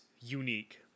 unique